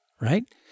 right